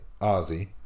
Ozzy